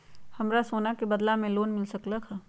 हमरा सोना के बदला में लोन मिल सकलक ह?